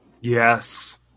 Yes